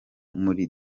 muri